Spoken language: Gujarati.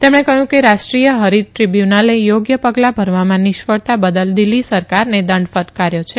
તેમણે કહ્યું કે રાષ્ટ્રીય હરીત દ્રીબ્યુનલે યોગ્ય પગલાં ભરવામાં નિષ્ફળતા બદલ દિલ્હી સરકારને દંડ ફટકાર્યો છે